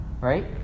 right